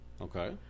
Okay